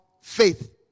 faith